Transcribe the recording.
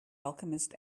alchemist